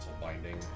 binding